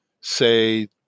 say